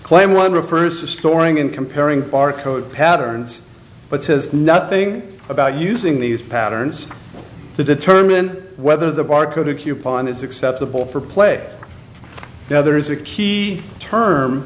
claim one refers to storing and comparing barcode patterns but says nothing about using these patterns to determine whether the barcode a coupon is acceptable for play now there is a key term